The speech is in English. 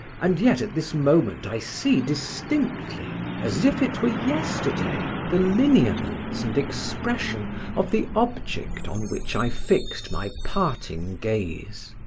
and yet at this moment i see distinctly, as if it were yesterday, the lineaments and expression of the object on which i fixed my parting gaze.